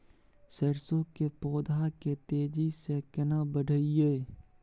सरसो के पौधा के तेजी से केना बढईये?